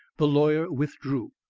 the lawyer withdrew.